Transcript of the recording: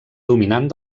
dominant